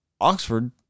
Oxford